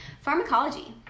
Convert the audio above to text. Pharmacology